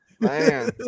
Man